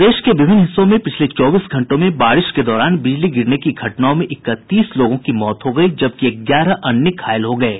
प्रदेश के विभिन्न हिस्सों में पिछले चौबीस घंटों में बारिश के दौरान बिजली गिरने की घटनाओं में इकतीस लोगों की मौत हो गयी जबकि ग्यारह अन्य घायल हो गये